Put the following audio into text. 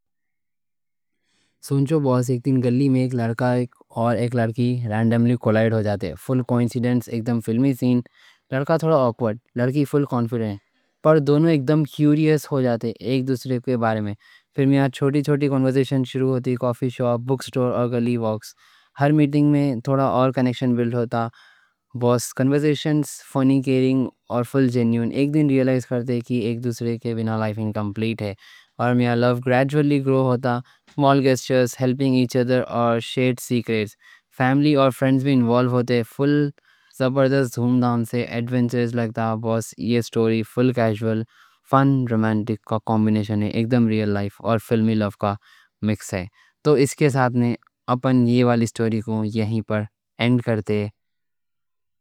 سنو بوس، ایک دن گلی میں ایک لڑکا اور ایک لڑکی رینڈم لی کولائیڈ ہو جاتے. فل کوئنسیڈنس، ایک دم فلمی سین. لڑکا تھوڑا آکوَرڈ، لڑکی فل کانفیڈنٹ. پر دونوں ایک دم کیوریس ہو جاتے ایک دوسرے کے بارے میں. پھر میاں چھوٹی چھوٹی کنورسیشن شروع ہوتی. کافی شاپ، بک اسٹور اور گلی واکس. ہر میٹنگ میں تھوڑا اور کنیکشن بِلڈ ہوتا. بوس، کنورسیشن فنی، کیئرنگ اور فل جینوئن. ایک دن ریالائز کرتے کہ ایک دوسرے کے بِنا لائف انکمپلیٹ ہے. اور میاں لو گریجولی گرو ہوتا. سمال جیسچرز، ہیلپنگ ایچ اَدر اور شیئرڈ سیکریٹس. فیملی اور فرینڈز بھی انوالو ہوتے، فل زبردست دھوم دھام سے ایڈونچرز. لگتا بوس، یہ سٹوری فل کیژول فن، رومانٹک کا کمبینیشن ہے. ایک دم ریئل لائف اور فلمی لو کا مکس ہے. تو اس کے ساتھ نے اپن یہ والی سٹوری کو یہیں پر اینڈ کرتے.